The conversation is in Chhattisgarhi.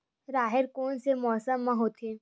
राहेर कोन से मौसम म होथे?